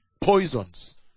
Poisons